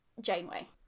Janeway